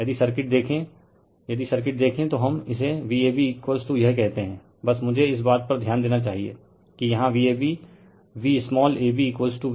यदि सर्किट देखे यदि सर्किट देखे तो हम इसे Vabयह कहते हैं बस मुझे इस बात पर ध्यान देना चाहिए कि यहाँ VabV small ab V capital AB हैं